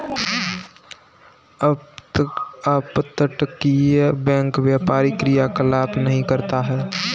अपतटीय बैंक व्यापारी क्रियाकलाप नहीं करता है